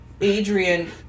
Adrian